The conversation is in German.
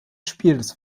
spiels